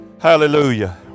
Hallelujah